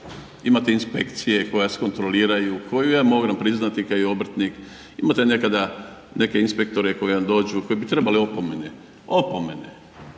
Imate inspekcije koja vas kontrolira, koju ja moram priznati kao obrtnik imate nekada neke inspektore koji vam dođu koji bi trebali opomene, opomene